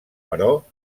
però